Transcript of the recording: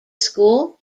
school